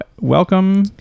Welcome